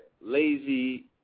lazy